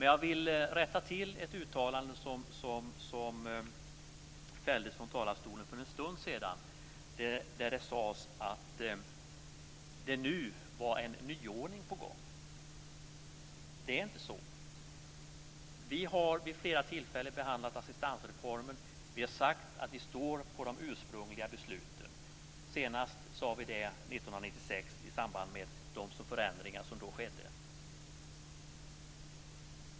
Jag vill rätta till ett uttalande som fälldes från talarstolen för en stund sedan. Det sades att det nu var en nyordning på gång. Det är inte så.